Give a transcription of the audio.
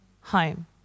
home